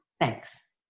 Thanks